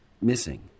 Missing